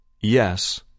Yes